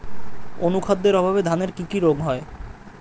অনুখাদ্যের অভাবে ধানের কি কি রোগ হয়?